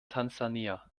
tansania